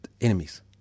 enemies